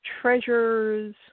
treasures